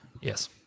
yes